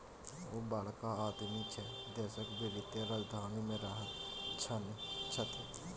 ओ बड़का आदमी छै देशक वित्तीय राजधानी मे रहैत छथि